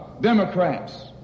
democrats